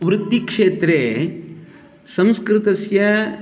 वृत्तिक्क्षेत्रे संस्कृतस्य